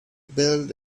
build